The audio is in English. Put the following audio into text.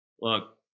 look